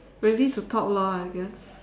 ready to talk lor I guess